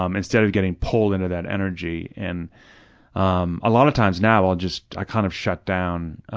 um instead of getting pulled into that energy. and um a lot of times now i'll just kind of shut down,